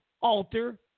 alter